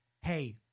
Hey